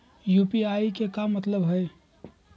UPI के का मतलब हई?